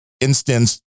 instance